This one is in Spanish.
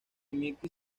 mickey